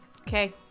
Okay